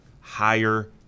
higher